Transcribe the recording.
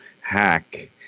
Hack